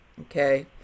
okay